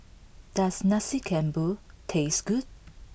does Nasi Campur taste good